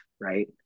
right